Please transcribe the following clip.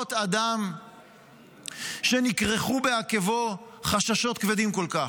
ולראות אדם שנכרכו בעקבו חשדות כבדים כל כך.